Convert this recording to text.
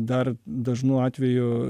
dar dažnu atveju